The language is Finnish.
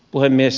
puhemies